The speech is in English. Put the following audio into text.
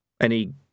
Any